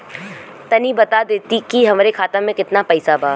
तनि बता देती की हमरे खाता में कितना पैसा बा?